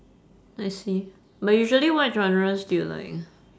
I see but usually what genres do you like